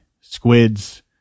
squids